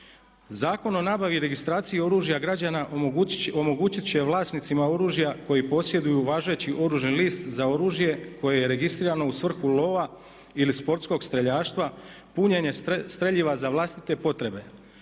Zakon o nabavi i registraciji oružja građana omogućit će vlasnicima oružja koji posjeduju važeći oružani list za oružje koje je registrirano u svrhu lova ili sportskog streljaštva punjenje streljiva za vlastite potrebe.